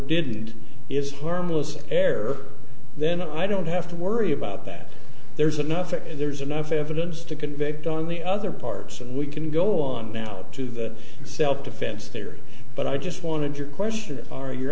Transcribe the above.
did is harmless error then i don't have to worry about that there's enough and there's enough evidence to convict on the other parts and we can go on now to the self defense theory but i just wanted your question are your